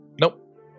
Nope